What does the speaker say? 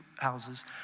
houses